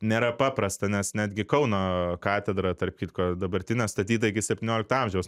nėra paprasta nes netgi kauno katedra tarp kitko dabartinė statyta iki septyniolikto amžiaus